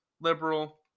Liberal